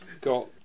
got